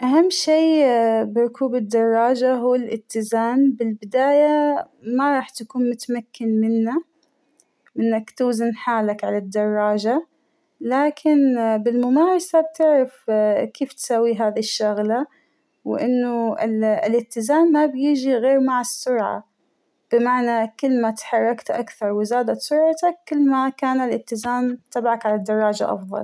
أهم شى بركوب الدراجة هو الإتزان، بالبداية ما راح تكون متمكن منه إنك توزن حالك على الدراجة ، لكن بالممارسة تعرف كيف تساوى هادى الشغلة ، وإنه ال الإتزان ما بيجى غير مع السرعة ، بمعنى كل ما تحركت أكثر وزادت سرعتك كل ما كان الاتزان تبعك على الدراجة أفضل.